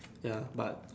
ya but